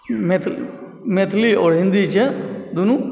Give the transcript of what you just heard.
मैथिली आओर हिन्दी छै दुनू